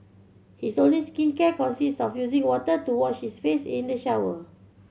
his only skincare consists of using water to wash his face in the shower